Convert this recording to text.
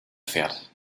fährt